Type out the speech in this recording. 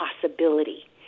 possibility